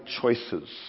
choices